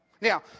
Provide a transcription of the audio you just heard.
Now